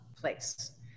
place